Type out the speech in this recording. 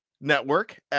network